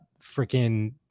freaking